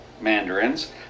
mandarins